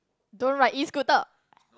don't ride Escooter